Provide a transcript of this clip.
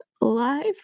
alive